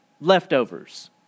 leftovers